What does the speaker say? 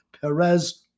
Perez